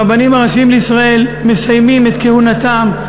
הרבנים הראשיים לישראל מסיימים את כהונתם,